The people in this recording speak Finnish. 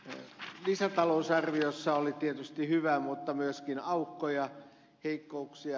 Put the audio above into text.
lisätalousarviossa oli tietysti hyvää mutta myöskin aukkoja heikkouksia